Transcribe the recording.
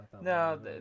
No